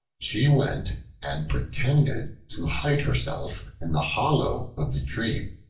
she went and pretended to hide herself in the hollow of the tree.